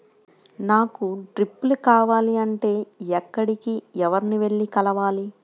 నాకు డ్రిప్లు కావాలి అంటే ఎక్కడికి, ఎవరిని వెళ్లి కలవాలి?